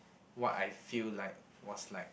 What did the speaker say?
what I feel like was like